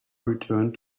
returned